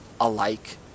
alike